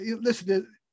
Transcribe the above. listen